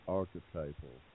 archetypal